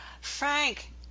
Frank